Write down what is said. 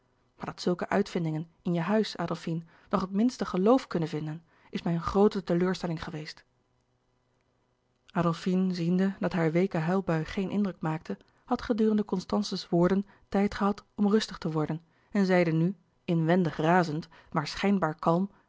maar dat zulke uitvindingen in je huis adolfine nog het minste geloof kunnen vinden is mij een groote teleurstelling geweest louis couperus de boeken der kleine zielen adolfine ziende dat haar weeke huilbui geen indruk maakte had gedurende constance's woorden tijd gehad om rustig te worden en zeide nu inwendig razend maar schijnbaar kalm